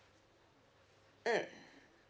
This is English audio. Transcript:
mm